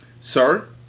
Sir